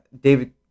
David